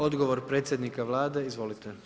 Odgovor predsjednika Vlade, izvolite.